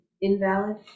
invalid